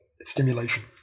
stimulation